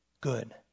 good